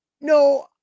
No